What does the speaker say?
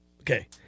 Okay